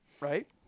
right